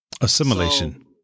Assimilation